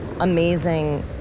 Amazing